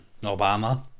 Obama